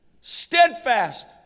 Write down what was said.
steadfast